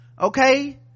okay